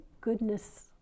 goodness